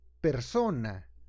persona